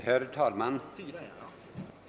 Herr talman!